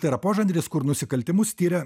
tai yra požanris kur nusikaltimus tiria